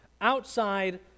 outside